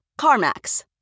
CarMax